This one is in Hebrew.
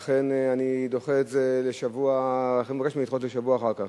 ולכן אני דוחה את זה לשבוע אחר כך.